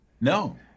No